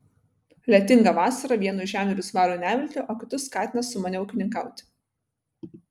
lietinga vasara vienus žemdirbius varo į neviltį o kitus skatina sumaniau ūkininkauti